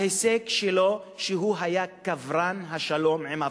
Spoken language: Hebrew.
ההישג שלו שהוא היה קברן השלום עם הפלסטינים.